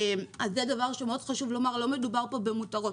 זה דבר שמאוד חשוב לומר, לא מדובר פה במותרות.